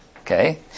Okay